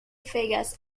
vegas